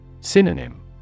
Synonym